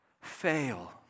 fail